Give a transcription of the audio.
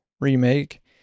Remake